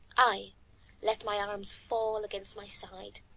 i let my arms fall against my sides,